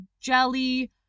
jelly